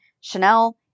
Chanel